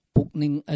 Pukning